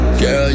Girl